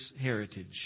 heritage